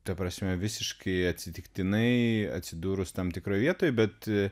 ta prasme visiškai atsitiktinai atsidūrus tam tikroj vietoj bet